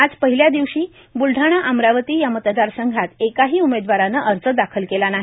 आज पहिल्या दिवशी बुलढाणा अमरावती या मतदार संघात एकाही उमेदवाराने अर्ज दाखल केला नाही